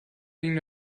ging